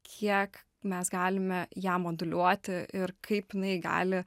kiek mes galime ją moduliuoti ir kaip jinai gali